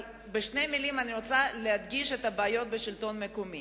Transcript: אבל בשתי מלים אני רוצה להדגיש את הבעיות בשלטון המקומי,